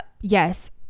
Yes